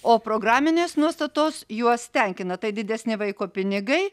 o programinės nuostatos juos tenkina tai didesni vaiko pinigai